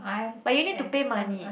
but you need to pay money